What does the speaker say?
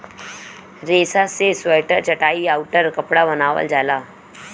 रेसा से स्वेटर चटाई आउउर कपड़ा बनावल जाला